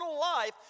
life